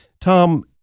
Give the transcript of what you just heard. Tom